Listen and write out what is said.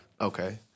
Okay